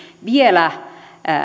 vielä